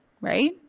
right